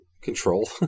control